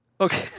Okay